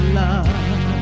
love